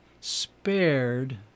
spared